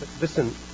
Listen